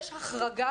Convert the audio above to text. יש החרגה,